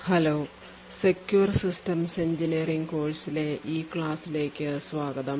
hello secure systems engineering കോഴ്സിലെ ഈ ക്ലാസ്സിലേക്ക് സ്വാഗതം